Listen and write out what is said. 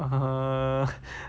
err